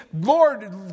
Lord